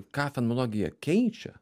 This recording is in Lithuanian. ką fenomenologija keičia